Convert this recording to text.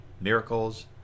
miracles